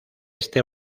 este